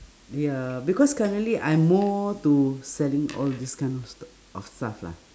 ya because currently I'm more to selling all these kind of stu~ of stuff lah